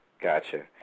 Gotcha